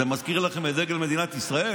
זה מזכיר לכם את דגל מדינת ישראל?